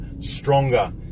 stronger